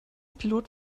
pilot